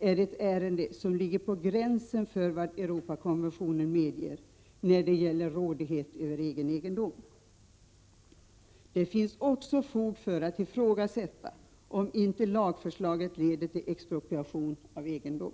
är ett ärende som ligger på gränsen för vad Europakonventionen medger när det gäller rådighet över egen egendom. Det finns också fog för att ifrågasätta om inte lagförslaget leder till expropriation av egendom.